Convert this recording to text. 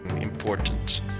important